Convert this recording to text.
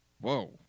Whoa